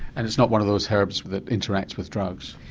and it's not one of those herbs that interact with drugs?